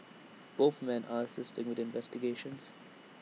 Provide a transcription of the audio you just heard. both men are assisting with investigations